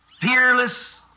fearless